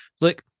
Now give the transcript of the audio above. look